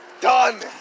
done